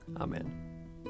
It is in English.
Amen